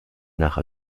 nach